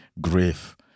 grief